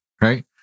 right